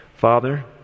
Father